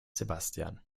sebastian